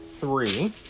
three